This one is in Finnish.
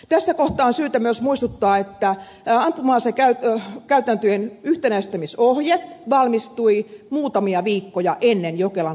tässä kohtaa on syytä myös muistuttaa että ampuma asekäytäntöjen yhtenäistämisohje valmistui muutamia viikkoja ennen jokelan koulusurmaa